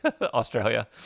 Australia